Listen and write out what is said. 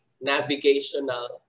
navigational